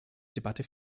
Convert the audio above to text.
debatte